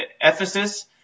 Ephesus